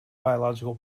biological